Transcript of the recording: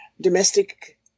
domestic